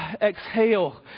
exhale